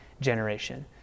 generation